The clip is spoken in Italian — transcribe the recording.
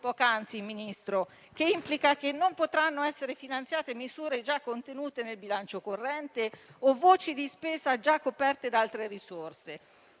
poc'anzi - il che implica che non potranno essere finanziate misure già contenute nel bilancio corrente o voci di spesa già coperte da altre risorse.